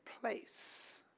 place